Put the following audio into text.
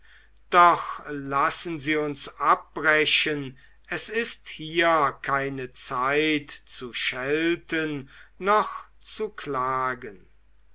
doch lassen sie uns abbrechen es ist hier keine zeit zu schelten noch zu klagen